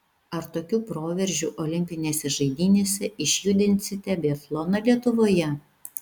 ar tokiu proveržiu olimpinėse žaidynėse išjudinsite biatloną lietuvoje